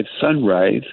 sunrise